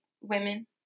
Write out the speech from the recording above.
women